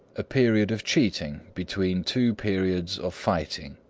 a period of cheating between two periods of fighting.